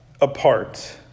apart